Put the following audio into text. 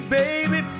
baby